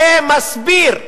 זה מסביר,